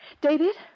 David